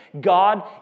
God